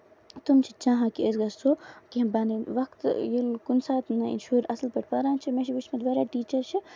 تٕم چھِ چاہان کہِ أسۍ گژھُ کینٛہہ بَنٕنۍ وقتہٕ ییٚلہِ کَنہِ ساتہٕ نہٕ شُر اَصٕل پٲٹھۍ پَران چھِ مےٚ چھِ وٕچھ مٕتۍ واریاہ ٹیٖچر چھِ مطلب